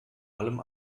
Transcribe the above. allem